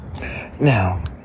Now